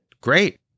great